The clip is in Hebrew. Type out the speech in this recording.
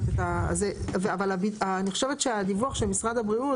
אבל אני חושבת שהדיווח של משרד הבריאות